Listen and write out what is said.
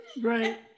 right